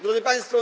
Drodzy Państwo!